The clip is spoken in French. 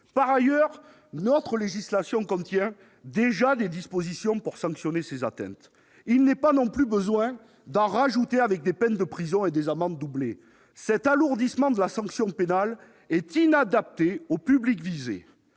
Par ailleurs, notre législation contient déjà des dispositions pour sanctionner de telles atteintes. Il n'est pas non plus besoin d'en rajouter avec des peines de prison et des amendes doublées ! Un tel alourdissement de la sanction pénale est inadapté au public visé.